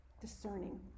discerning